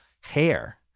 hair